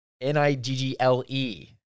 N-I-G-G-L-E